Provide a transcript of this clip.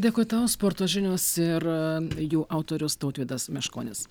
dėkui tau sporto žinios ir jų autorius tautvydas meškonis